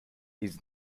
his